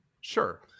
Sure